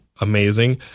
amazing